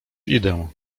idę